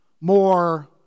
more